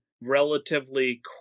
relatively